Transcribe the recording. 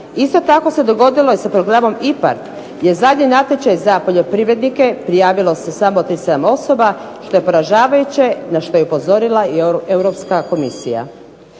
Isto tako se dogodilo sa programom IPARD gdje je zadnji natječaj za poljoprivrednike prijavilo se samo 37 osoba što je poražavajuće a što je upozorila i Europska komisija.